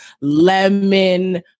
lemon